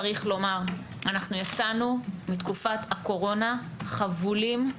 צריך לומר, אנחנו יצאנו מתקופת הקורונה חבולים.